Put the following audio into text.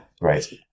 Right